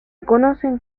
conocen